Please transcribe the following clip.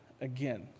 again